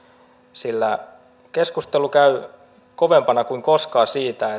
sillä keskustelu käy kovempana kuin koskaan siitä